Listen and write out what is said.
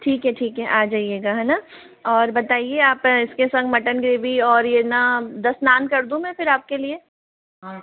ठीक है ठीक है आ जाइएगा है ना और बताइए आप इसके संग मटन ग्रेवी और ये ना दस नान कर दू मैं फिर आपके लिए